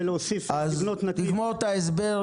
תגמור את ההסבר,